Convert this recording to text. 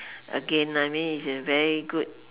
again I mean it's a very good